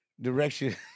direction